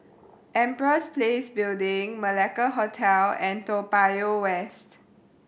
Empress Place Building Malacca Hotel and Toa Payoh West